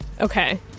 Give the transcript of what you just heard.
Okay